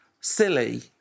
silly